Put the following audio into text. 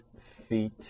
feet